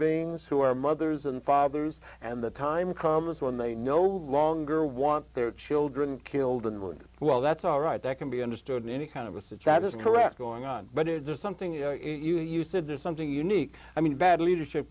beings who are mothers and fathers and the time comes when they no longer want their children killed and wounded well that's all right that can be understood in any kind of assistance correct going on but is there something you know you you said there's something unique i mean bad leadership